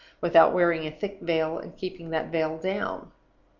without wearing a thick veil and keeping that veil down.